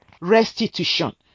restitution